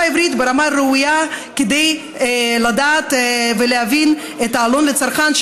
העברית ברמה ראויה כדי לדעת ולהבין את העלון לצרכן,